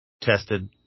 tested